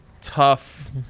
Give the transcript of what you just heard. tough